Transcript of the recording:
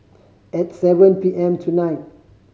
at seven P M tonight